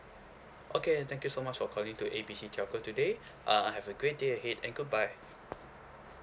okay thank you so much for calling to A B C telco today uh have a great day ahead and goodbye